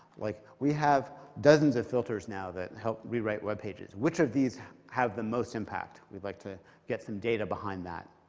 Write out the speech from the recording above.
like we have dozens of filters now that help rewrite web pages. which of these have the most impact? we'd like to get some data behind that.